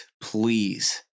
please